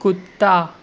کُّتّا